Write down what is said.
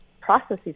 processes